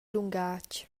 lungatg